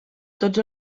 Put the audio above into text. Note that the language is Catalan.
tots